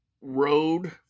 road